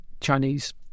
chinese